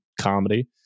Comedy